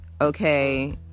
okay